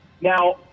Now